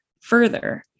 further